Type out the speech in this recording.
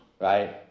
right